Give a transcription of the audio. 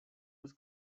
was